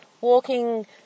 walking